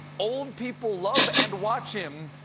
old people love and watch him,